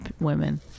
women